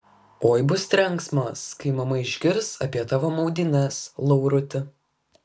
oi bus trenksmas kai mama išgirs apie tavo maudynes lauruti